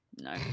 no